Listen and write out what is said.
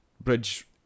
Bridge